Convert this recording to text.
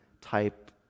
type